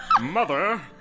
Mother